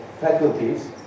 faculties